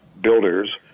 builders